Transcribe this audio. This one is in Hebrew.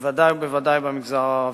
בוודאי ובוודאי במגזר הערבי.